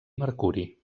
mercuri